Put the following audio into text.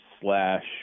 slash